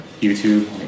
YouTube